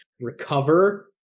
recover